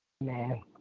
man